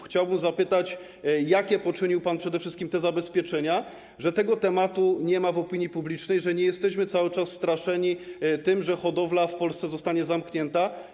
Chciałbym zapytać, jakie poczynił pan przede wszystkim zabezpieczenia, że tego tematu nie ma w debacie publicznej, że nie jesteśmy cały czas straszeni tym, że hodowla w Polsce zostanie zamknięta.